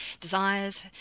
desires